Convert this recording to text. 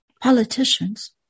politicians